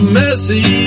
messy